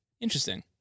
Interesting